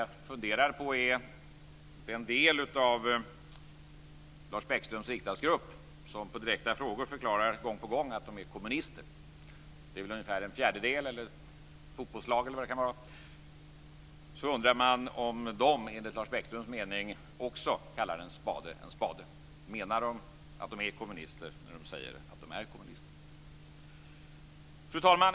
Jag funderar på om de i Lars Bäckströms riksdagsgrupp som på direkta frågor gång på gång förklarar att de är kommunister också kallar en spade för en spade, enligt Lars Bäckströms mening. Det rör sig väl om ungefär en fjärdedel - kanske motsvarande ett fotbollslag. Menar de att de är kommunister när de säger att de är kommunister? Fru talman!